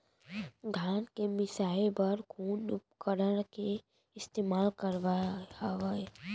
धान के मिसाई बर कोन उपकरण के इस्तेमाल करहव?